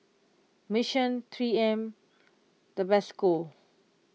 Mission three M Tabasco